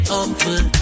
open